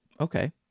Okay